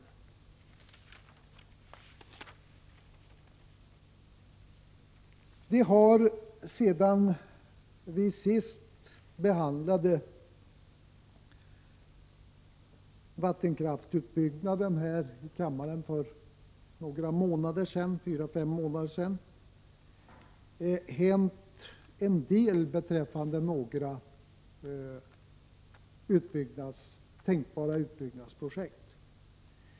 mr Det har sedan vi senast behandlade vattenkraftsutbyggnaden här i kammaren för 4-5 månader sedan hänt en hel del beträffande några tänkbara utbyggnadsprojekt.